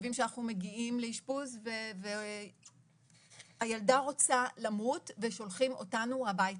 מצבים שאנחנו מגיעים לאשפוז והילדה רוצה למות ושולחים אותנו הביתה.